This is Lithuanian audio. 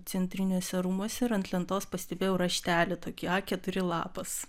centriniuose rūmuose ir ant lentos pastebėjau raštelį tokį a keturi lapas